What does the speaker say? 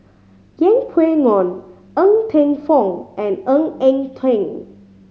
Yeng Pway Ngon Ng Teng Fong and Ng Eng Teng